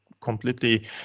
completely